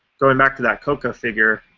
going back to that coca figure,